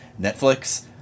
Netflix